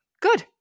good